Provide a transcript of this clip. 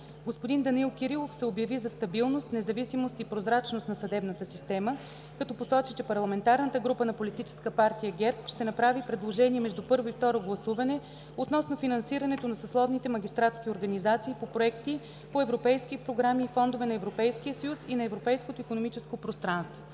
Господин Данаил Кирилов се обяви за стабилност, независимост и прозрачност на съдебната система, като посочи, че парламентарната група на Политическа партия ГЕРБ ще направи предложение между първо и второ гласуване относно финансирането на съсловните магистратски организации по проекти по европейски програми и фондове на Европейския съюз и на Европейското икономическо пространство.